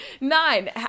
Nine